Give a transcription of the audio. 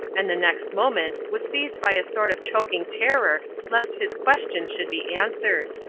and the next moment was seized by a sort of choking terror lest his question should be answered.